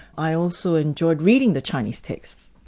i also enjoyed reading the chinese texts'.